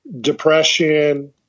depression